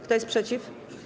Kto jest przeciw?